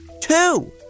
Two